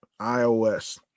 iOS